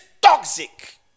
toxic